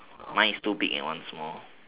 mine is two big and one small